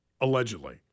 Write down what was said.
allegedly